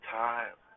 time